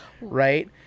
right